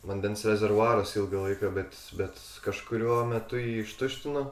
vandens rezervuaras ilgą laiką bet bet kažkuriuo metu jį ištuštino